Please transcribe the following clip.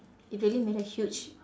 it really made a huge